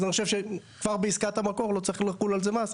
אז אני חושב שכבר בעסקת המקור לא צריך לחול על זה מס.